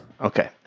Okay